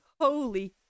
holy